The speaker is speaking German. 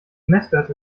messwerte